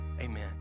amen